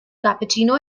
cappuccino